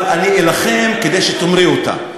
אבל אני אלחם כדי שתאמרי אותה.